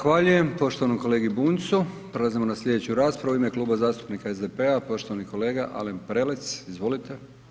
Zahvaljujem poštovanom kolegi Bunjcu, prelazimo na sljedeću raspravu, u ime Kluba zastupnika SDP-a, poštovani kolega Alen Prelec, izvolite.